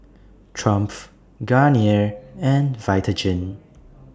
Triumph Garnier and Vitagen